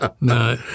no